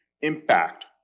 impact